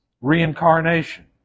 Reincarnation